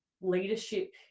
leadership